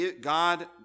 God